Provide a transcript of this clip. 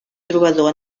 trobador